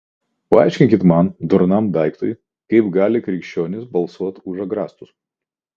paaiškinkit man durnam daiktui kaip gali krikščionys balsuot už agrastus